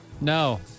No